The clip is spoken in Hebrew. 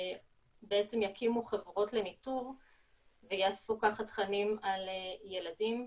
שיקימו חברות לניטור ויאספו כך תכנים על ילדים,